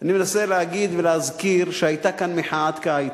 אני מנסה להגיד ולהזכיר שהיתה כאן מחאת קיץ,